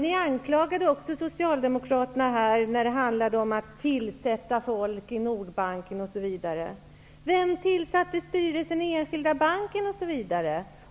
Ni anklagade Socialdemokraterna när det gällde tillsättandet av folk i Nordbanken osv. Vem tillsatte styrelsen i S-E-Banken,